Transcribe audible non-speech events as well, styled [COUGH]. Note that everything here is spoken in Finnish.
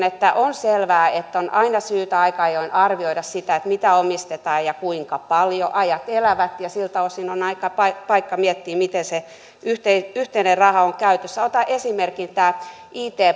[UNINTELLIGIBLE] että on selvää että on aina syytä aika ajoin arvioida sitä mitä omistetaan ja kuinka paljon ajat elävät ja siltä osin on paikka miettiä miten se yhteinen yhteinen raha on käytössä otan esimerkin nämä it